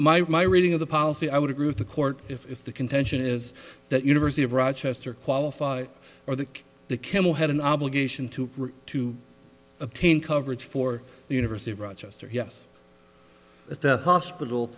or my reading of the policy i would agree with the court if the contention is that university of rochester qualified or that the kimmel had an obligation to to obtain coverage for the university of rochester yes at the hospital